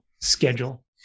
schedule